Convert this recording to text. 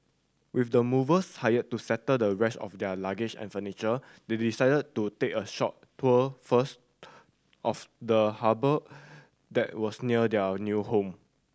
with the movers hired to settle the rest of their luggage and furniture they decided to take a short tour first of the harbour that was near their new home